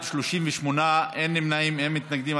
בעד, 38, אין נמנעים, אין מתנגדים.